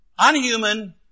unhuman